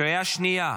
קריאה שלישית.